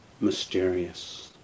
mysterious